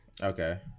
Okay